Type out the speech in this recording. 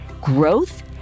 growth